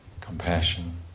compassion